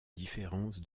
différence